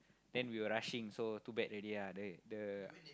then we were rushing so too bad already then the